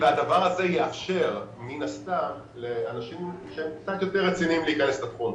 הדבר הזה יאפשר מן הסתם לאנשים שהם קצת יותר רציניים להיכנס לתחום.